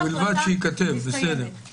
גם